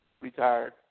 retired